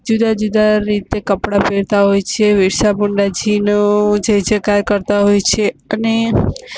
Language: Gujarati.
જુદા જુદા રીતે કપડા પહેરતા હોય છે વેષાભુંડાજીનો જય જયકાર કરતા હોય છે અને